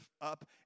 up